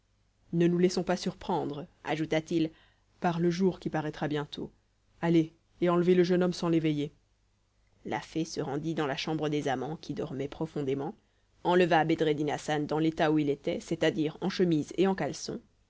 ne nous laissons pas surprendre ajouta-til par le jour qui paraîtra bientôt allez et enlevez le jeune homme sans l'éveiller la fée se rendit dans la chambre des amants qui dormaient profondément enleva bedreddin hassan dans l'état où il était c'est-à-dire en chemise et en caleçon